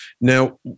Now